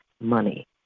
money